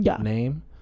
name